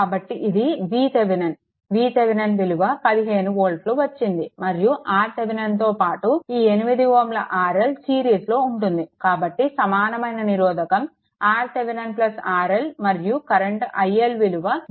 కాబట్టి ఇది VThevenin VThevenin విలువ 15 వోల్ట్లు వచ్చింది మరియు RThevenin తో పాటు ఈ 8Ω RL సిరీస్లో ఉంటుంది కాబట్టి సమానమైన నిరోధకం RThevenin RL మరియు కరెంట్ iL విలువ VThevenin వోల్టేజ్ RThevenin RL